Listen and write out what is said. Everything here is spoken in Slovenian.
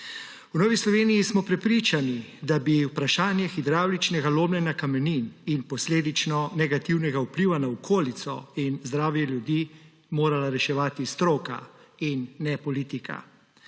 V Novi Sloveniji smo prepričani, da bi vprašanje hidravličnega lomljenja kamenin in posledično negativnega vpliva na okolico in zdravje ljudi morala reševati stroka in ne politika.